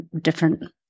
different